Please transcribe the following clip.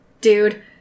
dude